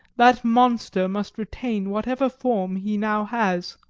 that monster must retain whatever form he now has.